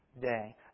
day